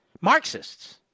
Marxists